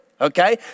Okay